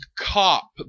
cop